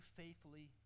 faithfully